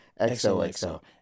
XOXO